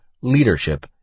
leadership